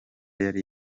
yari